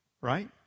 right